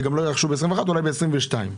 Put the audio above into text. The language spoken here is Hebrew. גם לא יירכשו ב-2021 ואולי יירכשו ב-2022.